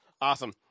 awesome